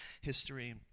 history